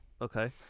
Okay